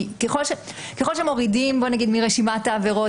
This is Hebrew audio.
ככל שמורידים מרשימת העבירות,